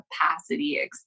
capacity